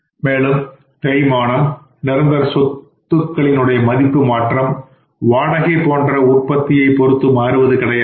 மேலும் தேய்மானம் நிரந்தர சொத்துக்களின் மதிப்பு மாற்றம் வாடகை போன்றவை உற்பத்தியைப் பொறுத்து மாறுவது கிடையாது